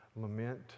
lament